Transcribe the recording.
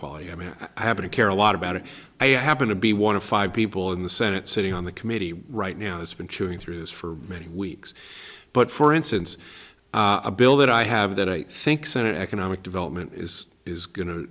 quality i mean i happen to care a lot about it i happen to be one of five people in the senate sitting on the committee right now has been chewing through this for many weeks but for instance a bill that i have that i think senate economic development is is going to